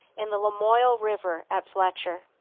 in the lamoille river at fletcher.